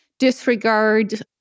disregard